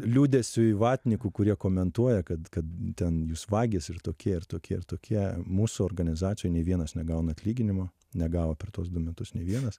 liūdesiui vatnikų kurie komentuoja kad kad ten jūs vagys ir tokie ir tokie ir tokie mūsų organizacijoj nei vienas negauna atlyginimo negavo per tuos du metus nei vienas